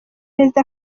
prezida